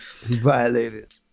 violated